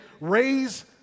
raise